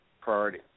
priority